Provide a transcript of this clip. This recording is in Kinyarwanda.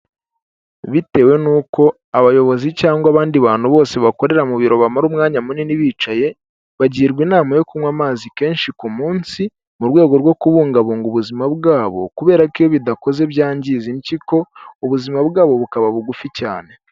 Bitewe n'uko abayobozi cyangwa abandi bantu bose bakorera mu biro bamara umwanya munini bicaye, bagirwa inama yo kunywa amazi kenshi ku munsi mu rwego rwo kubungabunga ubuzima bwabo, kubera ko iyo bidakozwe byangiza impyiko, ubuzima bwabo bukaba bugufi cyane.